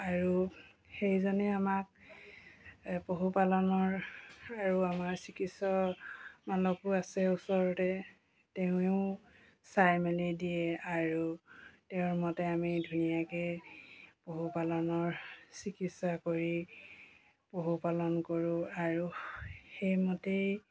আৰু সেইজনে আমাক পশুপালনৰ আৰু আমাৰ চিকিৎস আছে ওচৰতে তেওঁ চাই মেলি দিয়ে আৰু তেওঁৰ মতে আমি ধুনীয়াকৈ পশুপালনৰ চিকিৎসা কৰি পশুপালন কৰোঁ আৰু সেইমতেই